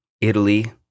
Italy